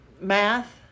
math